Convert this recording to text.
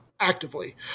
actively